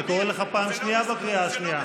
אני קורא אותך בפעם השנייה, בקריאה השנייה.